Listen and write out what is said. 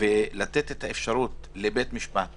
ולתת אפשרות לבית המשפט